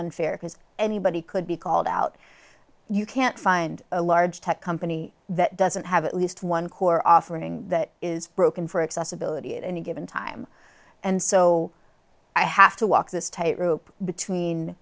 unfair because anybody could be called out you can't find a large tech company that doesn't have at least one core offering that is broken for accessibility at any given time and so i have to walk this tightrope between